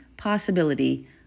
possibility